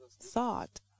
thought